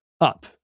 up